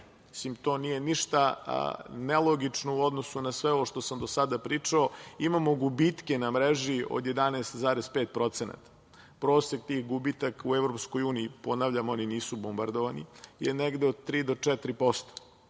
to nije ništa nelogično u odnosu na sve ovo što sam do sada pričao, imamo gubitke na mreži od 11,5%. Prosek tih gubitaka u EU, ponavljam, oni nisu bombardovani, je negde 3-4%.